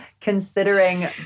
considering